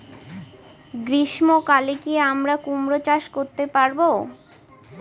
গ্রীষ্ম কালে কি আমরা কুমরো চাষ করতে পারবো?